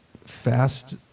fast